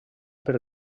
per